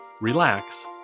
relax